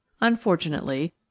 unfortunately